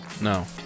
No